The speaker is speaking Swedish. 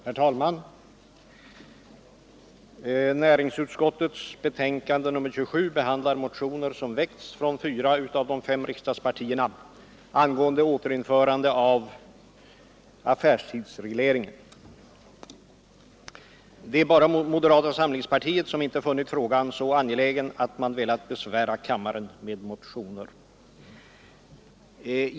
Herr talman! Näringsutskottets betänkande nr 27 behandlar motioner som väckts från fyra av de fem riksdagspartierna angående återinförande av affärstidsregleringen. Det är bara moderata samlingspartiet som inte funnit frågan så angelägen att man velat besvära kammaren med motioner.